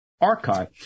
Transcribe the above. archive